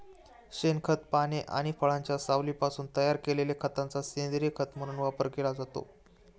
शेणखत, पाने आणि फळांच्या सालींपासून तयार केलेल्या खताचा सेंद्रीय खत म्हणून वापर केला जातो